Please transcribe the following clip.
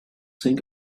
think